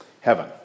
heaven